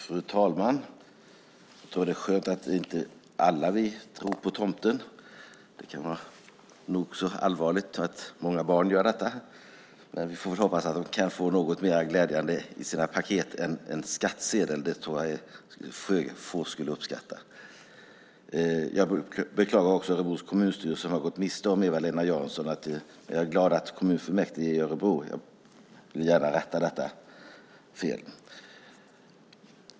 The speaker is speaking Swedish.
Fru talman! Det är skönt att inte alla tror på tomten. Det kan vara nog så allvarligt att många barn gör det. Men vi får hoppas att de kan få något mer glädjande i sina paket än en skattsedel. Det tror jag att få skulle uppskatta. Jag beklagar också att Örebros kommunstyrelse har gått miste om Eva-Lena Jansson. Men jag är glad för kommunfullmäktiges skull i Örebro. Jag vill gärna rätta detta fel.